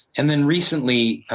and then recently,